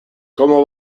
como